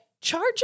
charge